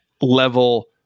level